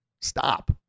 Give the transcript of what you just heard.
stop